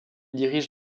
dirige